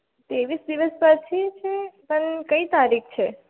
ત્રેવીસ દિવસ પછી છે પણ કઈ તારીખ છે